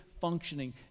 functioning